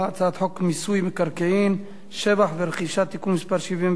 מיסוי מקרקעין (שבח ורכישה) (תיקון מס' 74),